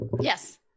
Yes